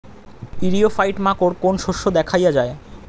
ইরিও ফাইট মাকোর কোন শস্য দেখাইয়া যায়?